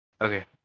Okay